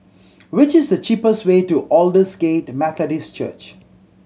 which is the cheapest way to Aldersgate Methodist Church